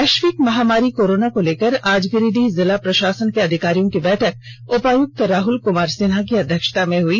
वैष्विक महामारी कोरोना को लेकर आज गिरिडीह जिला प्रषासन के अधिकारियों की बैठक उपायुक्त राहुल कुमार सिन्हा की अध्यक्षता में हुई